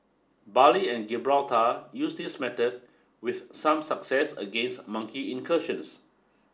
Bali and Gibraltar used this method with some success against monkey incursions